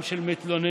עם של מתלוננים,